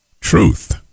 truth